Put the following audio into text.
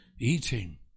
Eating